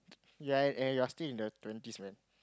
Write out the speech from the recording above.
you are and you're still in the twenties man